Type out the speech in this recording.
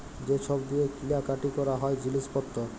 যে ছব দিঁয়ে কিলা কাটি ক্যরা হ্যয় জিলিস পত্তর